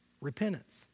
Repentance